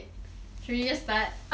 should we just start